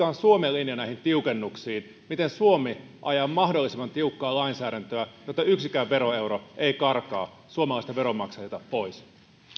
on suomen linja näihin tiukennuksiin miten suomi ajaa mahdollisimman tiukkaa lainsäädäntöä jotta yksikään veroeuro ei karkaa suomalaisilta veronmaksajilta pois